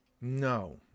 No